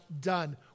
done